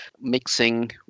mixing